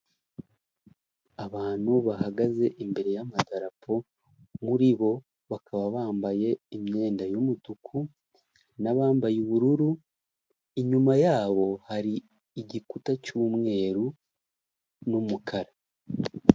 Abantu bahagaze imbere y'amadapo, muri bo bakaba bambaye imyenda y'umutuku n'abambaye ubururu, inyuma y'abo hari igikuta cy'umweru n'umukara.